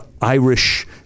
Irish